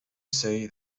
say